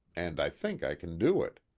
and i think i can do it.